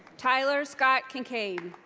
tyler scott kinkaid.